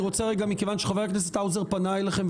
מכיוון שחבר הכנסת האוזר פנה אליכם,